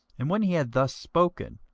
and when he had thus spoken,